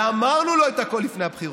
ואמרנו לו הכול לפני הבחירות.